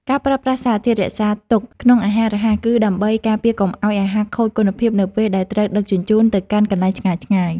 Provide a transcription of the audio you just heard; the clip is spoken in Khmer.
ការប្រើប្រាស់សារធាតុរក្សាទុកក្នុងអាហាររហ័ស គឺដើម្បីការពារកុំឲ្យអាហារខូចគុណភាពនៅពេលដែលត្រូវដឹកជញ្ជូនទៅកាន់កន្លែងឆ្ងាយៗ។